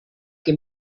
que